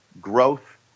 growth